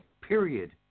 Period